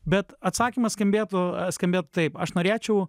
bet atsakymas skambėtų skambėtų taip aš norėčiau